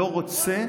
לא רוצה